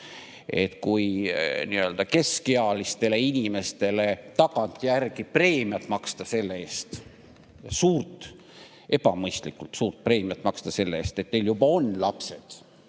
Kui keskealistele inimestele tagantjärgi preemiat maksta selle eest ja suurt, ebamõistlikult suurt preemiat maksta selle eest, et neil juba on lapsed,